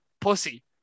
pussy